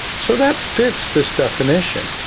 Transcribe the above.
so that fits this definition.